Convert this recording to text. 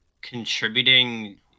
contributing